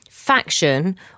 faction